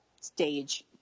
stage